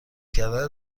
کردن